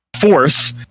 force